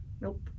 Nope